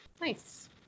Nice